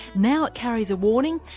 now it carries a warning,